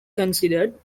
considered